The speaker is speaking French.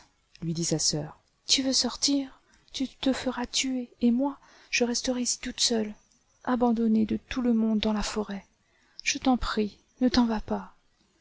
lui dit sa sœur tu veux sortir tu te feras tuer et moi je resterai ici toute seule abandonnée de tout le monde dans la forêt je t'en prie ne t'en vas pas